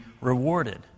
rewarded